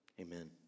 Amen